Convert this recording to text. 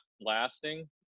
lasting